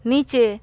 নিচে